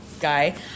guy